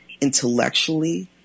intellectually